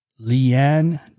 Leanne